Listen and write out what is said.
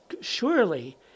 surely